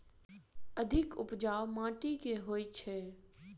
अधिक उपजाउ माटि केँ होइ छै?